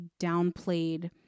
downplayed